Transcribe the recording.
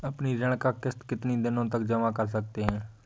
अपनी ऋण का किश्त कितनी दिनों तक जमा कर सकते हैं?